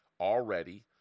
already